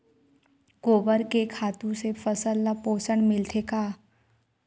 गोबर के खातु से फसल ल पोषण मिलथे का?